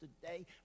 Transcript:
today